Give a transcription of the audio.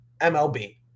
MLB